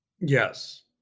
Yes